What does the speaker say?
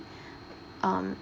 um